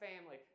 family